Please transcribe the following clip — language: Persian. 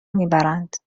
میبرند